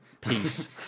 Peace